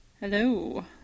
Hello